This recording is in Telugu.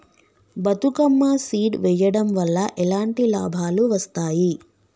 బతుకమ్మ సీడ్ వెయ్యడం వల్ల ఎలాంటి లాభాలు వస్తాయి?